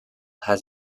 has